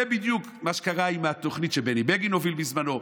זה בדיוק מה שקרה עם התוכנית שבני בגין הוביל בזמנו,